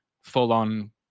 full-on